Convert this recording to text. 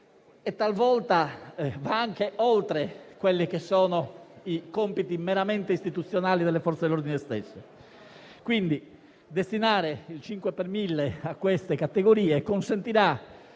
e talvolta va anche oltre i compiti meramente istituzionali delle Forze dell'ordine stesse. Destinare il 5 per mille a queste categorie consentirà